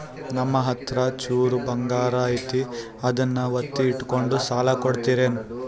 ನಮ್ಮಹತ್ರ ಚೂರು ಬಂಗಾರ ಐತಿ ಅದನ್ನ ಒತ್ತಿ ಇಟ್ಕೊಂಡು ಸಾಲ ಕೊಡ್ತಿರೇನ್ರಿ?